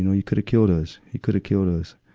you know, you coulda killed us. you coulda killed us.